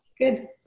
Good